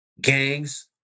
gangs